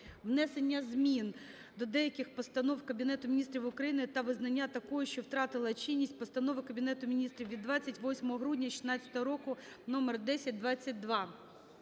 внесення змін до деяких постанов Кабінету Міністрів України та визнання такою, що втратила чинність, Постанови Кабінету Міністрів від 28 грудня 2016 року № 1022".